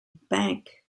bank